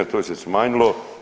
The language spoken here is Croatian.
To se smanjilo.